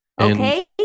Okay